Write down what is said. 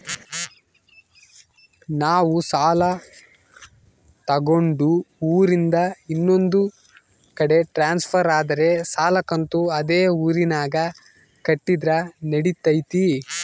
ನಾವು ಸಾಲ ತಗೊಂಡು ಊರಿಂದ ಇನ್ನೊಂದು ಕಡೆ ಟ್ರಾನ್ಸ್ಫರ್ ಆದರೆ ಸಾಲ ಕಂತು ಅದೇ ಊರಿನಾಗ ಕಟ್ಟಿದ್ರ ನಡಿತೈತಿ?